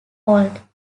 old